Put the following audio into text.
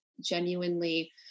genuinely